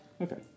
Okay